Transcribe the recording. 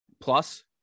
plus